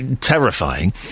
terrifying